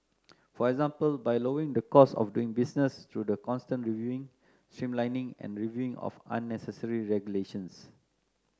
for example by lowering the cost of doing business through the constant reviewing streamlining and reviewing of unnecessary regulations